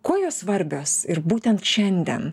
kuo jos svarbios ir būtent šiandien